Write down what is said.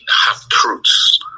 half-truths